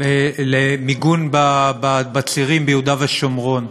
למיגון בצירים ביהודה ושומרון.